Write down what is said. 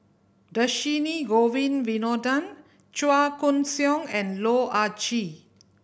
Dhershini Govin Winodan Chua Koon Siong and Loh Ah Chee